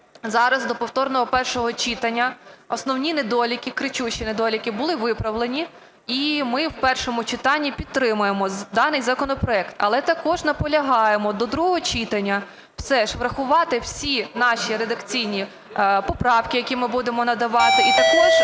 зараз до повторного першого читання основні недоліки, кричущі недоліки були виправлені, і ми в першому читанні підтримуємо даний законопроект. Але також наполягаємо, до другого читання все ж врахувати всі наші редакційні поправки, які ми будемо надавати. І також